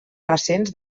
recents